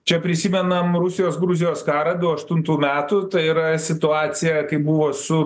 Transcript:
čia prisimenam rusijos gruzijos karą du aštuntų metų tai yra situacija kai buvo su